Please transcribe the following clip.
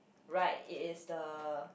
right it is the